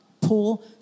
pull